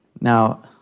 Now